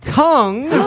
tongue